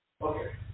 Okay